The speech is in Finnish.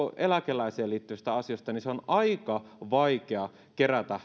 eläkeläisiin liittyvistä asioista on aika vaikea kerätä